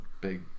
Big